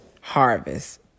harvest